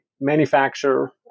manufacturer